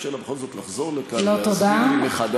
לאפשר לה בכל זאת לחזור לכאן ולהסביר לי מחדש,